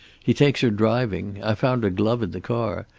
he takes her driving. i found a glove in the car.